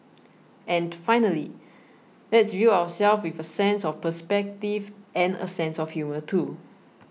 and finally let's view ourselves with a sense of perspective and a sense of humour too